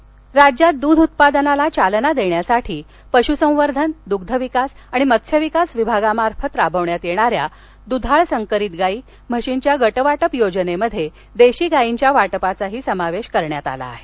दध उत्पादन चालना राज्यात दूध उत्पादनास चालना देण्यासाठी पश्संवर्धन दृग्धविकास आणि मत्स्यविकास विभागामार्फत राबविण्यात येणाऱ्या द्धाळ संकरित गायी म्हशींच्या गटवाटप योजनेमध्ये देशी गायींच्या वाटपाचा समावेश करण्यात आला आहे